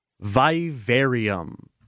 Vivarium